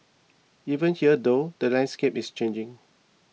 even here though the landscape is changing